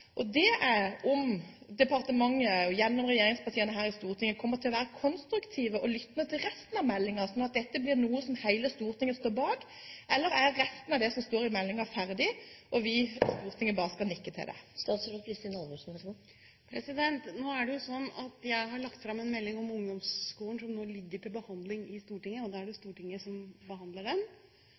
er om departementet, gjennom regjeringspartiene her i Stortinget, kommer til å være konstruktiv og lyttende til resten av meldingen, slik at dette blir noe som hele Stortinget står bak. Eller er resten av det som står i meldingen, ferdig, slik at vi i Stortinget bare skal nikke til det? Jeg har lagt fram en melding om ungdomsskolen som nå ligger til behandling i Stortinget. Jeg har sagt hva min og regjeringens mening er, og så er det de rød-grønne partiene i Stortinget som